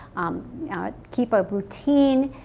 um keep a routine,